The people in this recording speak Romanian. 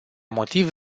motiv